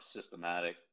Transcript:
systematic